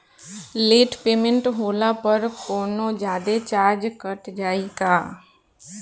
Late payment होला पर कौनोजादे चार्ज कट जायी का?